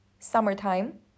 Summertime